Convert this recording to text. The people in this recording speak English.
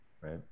Right